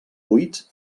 buits